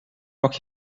pak